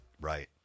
right